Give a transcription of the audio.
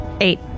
Eight